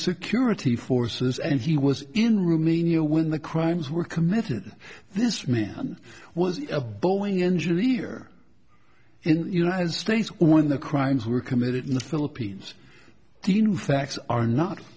security forces and he was in rumania when the crimes were committed this man was a boeing engineer and united states when the crimes were committed in the philippines the facts are not